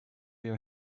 your